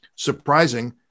Surprising